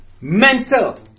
mental